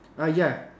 uh ya